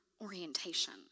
orientation